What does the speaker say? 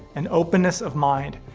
and openness of mind.